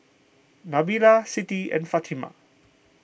Nabila Siti and Fatimah